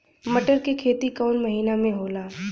मटर क खेती कवन महिना मे होला?